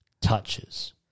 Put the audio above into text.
touches